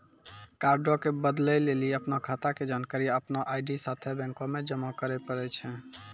कार्डो के बदलै लेली अपनो खाता के जानकारी अपनो आई.डी साथे बैंको मे जमा करै पड़ै छै